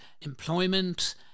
employment